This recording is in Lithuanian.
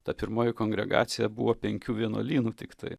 ta pirmoji kongregacija buvo penkių vienuolynų tiktai